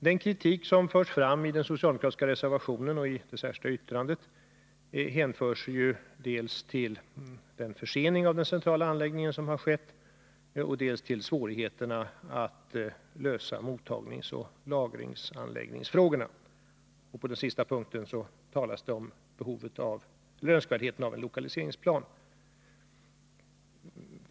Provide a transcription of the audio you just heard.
Den kritik som förs fram i socialdemokraternas reservation 1 och särskilda yttrande hänför sig dels till den försening av den centrala anläggningen som har skett, dels till svårigheterna att lösa mottagningsoch lagringsanläggningsfrågorna. På den sista punkten talas det om önskvärdheten av en lokaliseringsplan.